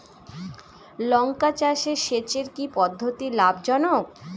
লঙ্কা চাষে সেচের কি পদ্ধতি লাভ জনক?